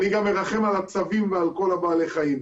אני גם מרחם על הצבים ועל כל בעלי החיים.